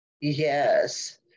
Yes